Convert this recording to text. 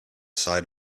side